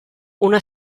una